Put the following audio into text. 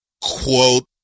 quote